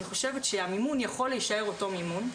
אני חושבת שהמימון יכול להישאר אותו מימון,